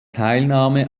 teilnahme